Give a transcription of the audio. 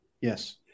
yes